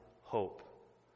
hope